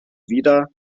wieder